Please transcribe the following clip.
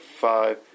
five